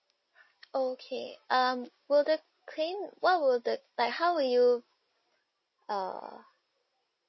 okay um will the claim what would the like how would you err